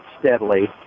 steadily